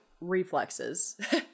reflexes